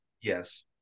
Yes